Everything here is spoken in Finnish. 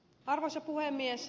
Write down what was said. arvoisa puhemies